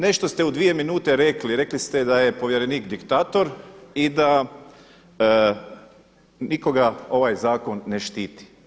Nešto ste u dvije minute rekli, rekli ste da je povjerenik diktator i da nikoga ovaj zakon ne štiti.